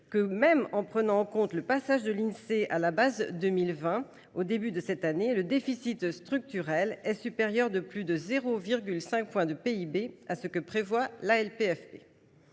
que, même en prenant en compte le passage de l’Insee à la base 2020 au début de cette année, le déficit structurel est supérieur de plus de 0,5 point de PIB à ce qu’elle prévoit.